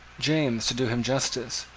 james, to do him justice,